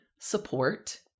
support